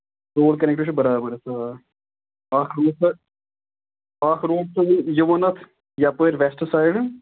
road connect چھُ برابر حظ آ اکھ اَکھ یِوان اَتھ یَپٲرۍ وٮ۪سٹ سایڈٕ